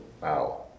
Wow